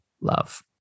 love